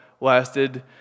lasted